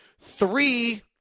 three